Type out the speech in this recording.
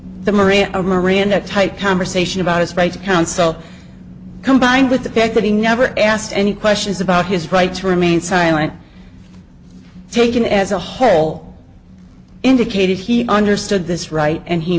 the marine arena type conversation about his right to counsel combined with the fact that he never asked any questions about his right to remain silent taken as a whole indicated he understood this right and he